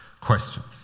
questions